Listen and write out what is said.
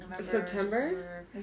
September